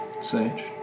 Sage